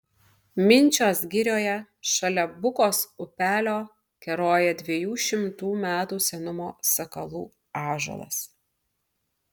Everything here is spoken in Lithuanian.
minčios girioje šalia bukos upelio keroja dviejų šimtų metų senumo sakalų ąžuolas